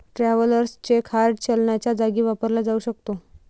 travellers cheque hard चलनाच्या जागी वापरला जाऊ शकतो